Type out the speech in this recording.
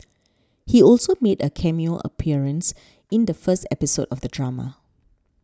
he also made a cameo appearance in the first episode of the drama